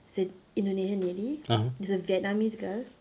there's a indonesian lady there's a vietnamese girl